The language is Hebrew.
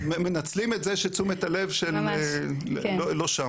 מנצלים הזה שתשומת הלב לא שם.